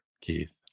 Keith